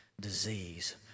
disease